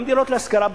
גם דירות להשכרה.